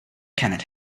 cannot